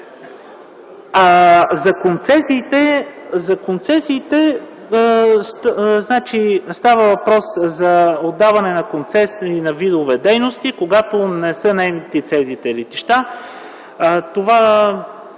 За концесиите. Става въпрос за отдаване на концесни и на видове дейности, когато не са наети целите летища.